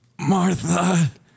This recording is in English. Martha